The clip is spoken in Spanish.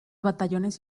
batallones